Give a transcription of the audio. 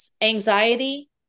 anxiety